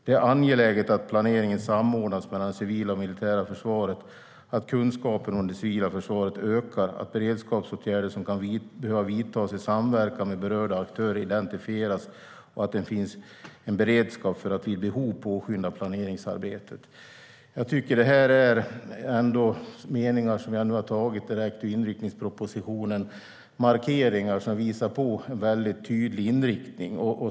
- Det är angeläget att planeringen samordnas mellan det civila och militära försvaret, att kunskapen om det civila försvaret ökar, att beredskapsåtgärder som kan behöva vidtas i samverkan med berörda aktörer identifieras och att det finns en beredskap för att vid behov påskynda planeringsarbetet." Dessa meningar, som jag hämtat direkt ur inriktningspropositionen, markerar en väldigt tydlig inriktning.